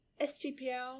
SGPL